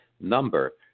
number